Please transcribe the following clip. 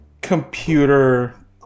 computer